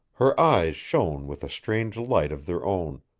her eyes shone with a strange light of their own,